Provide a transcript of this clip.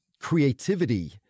creativity